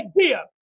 idea